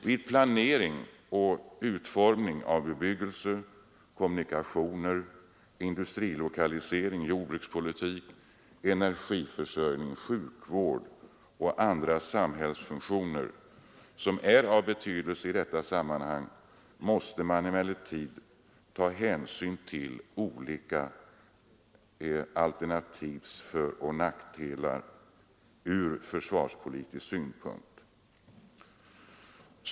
Vid planering och utformning av bebyggelse, kommunikationer, industrilokalisering, jordbrukspolitik, energiförsörjning, sjukvård och alla andra samhällsfunktioner som är av betydelse i detta sammanhang måste man emellertid ta hänsyn till de olika alternativens föreller nackdelar från försvarspolitisk synpunkt.